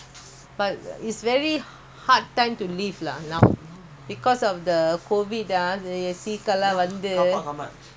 daddy car will be ya eighty nine plus dollar கிட்டவரும்:kitta varum third car also அவ்ளோதாவரும்:avlothaa varum car park fees கட்டணும்:kattanum roadtax கட்டணும்:kattanum